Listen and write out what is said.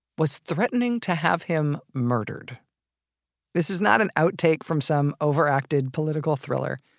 was threatening to have him murdered this is not an outtake from some over-acted political thriller.